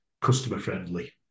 customer-friendly